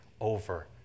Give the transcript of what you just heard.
over